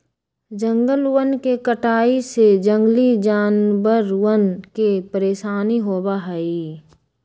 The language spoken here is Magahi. जंगलवन के कटाई से जंगली जानवरवन के परेशानी होबा हई